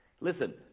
Listen